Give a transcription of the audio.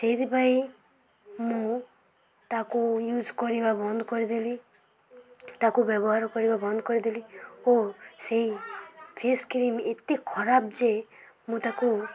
ସେଇଥିପାଇଁ ମୁଁ ତାକୁ ୟୁଜ୍ କରିବା ବନ୍ଦ କରିଦେଲି ତାକୁ ବ୍ୟବହାର କରିବା ବନ୍ଦ କରିଦେଲି ଓ ସେଇ ଫେସ୍ କ୍ରିମ୍ ଏତେ ଖରାପ ଯେ ମୁଁ ତାକୁ